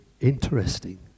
interesting